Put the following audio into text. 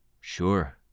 Sure